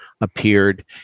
appeared